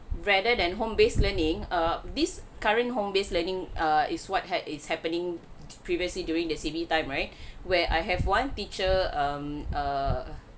rather than home base learning err this current home base learning err is what had it's happening previously during the C_B time right where I have one teacher um err